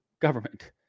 government